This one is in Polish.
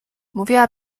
mówiła